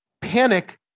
panic